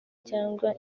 cyangwa